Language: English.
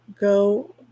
go